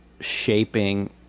shaping